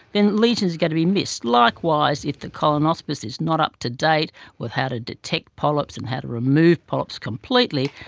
then lesions are going to be missed. likewise if the colonoscopist is not up to date with how to detect polyps and how to remove polyps completely,